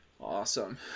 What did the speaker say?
awesome